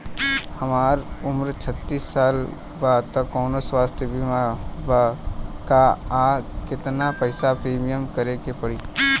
हमार उम्र छत्तिस साल बा त कौनों स्वास्थ्य बीमा बा का आ केतना पईसा प्रीमियम भरे के पड़ी?